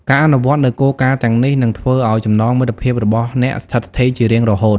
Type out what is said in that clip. ការអនុវត្តន៍នូវគោលការណ៍ទាំងនេះ នឹងធ្វើឱ្យចំណងមិត្តភាពរបស់អ្នកស្ថិតស្ថេរជារៀងរហូត។